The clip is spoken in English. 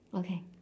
okay